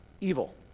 evil